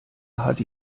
hat